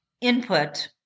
input